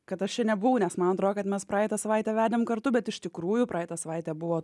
kad aš čia nebuvau nes man atrodo kad mes praeitą savaitę vedėm kartu bet iš tikrųjų praeitą savaitę buvo